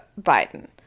biden